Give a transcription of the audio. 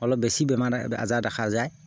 অলপ বেছি বেমাৰ আজাৰ দেখা যায়